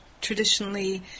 Traditionally